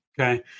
Okay